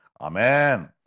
Amen